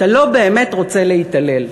אתה לא באמת רוצה להתעלל,